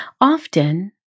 Often